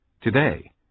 Today